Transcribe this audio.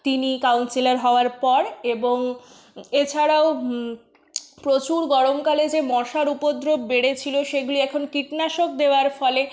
তিনি কাউন্সিলার হওয়ার পর এবং এছাড়াও প্রচুর গরমকালে যে মশার উপদ্রব বেড়েছিল সেগুলি এখন কীটনাশক দেওয়ার ফলে